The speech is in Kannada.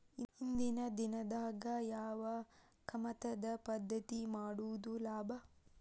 ಇಂದಿನ ದಿನಮಾನದಾಗ ಯಾವ ಕಮತದ ಪದ್ಧತಿ ಮಾಡುದ ಲಾಭ?